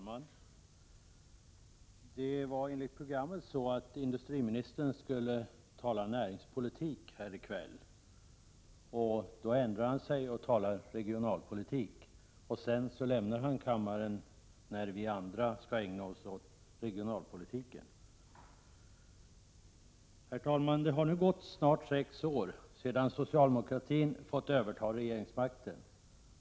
Herr talman! Enligt programmet skulle industriministern tala om näringspolitik här i kväll, men han ändrar sig och talar om regionalpolitik. När så vi andra står i begrepp att ägna oss åt regionalpolitiken lämnar han kammaren. Herr talman! Det har nu gått snart sex år sedan socialdemokratin övertog regeringsmakten.